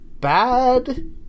bad